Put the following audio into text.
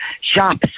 shops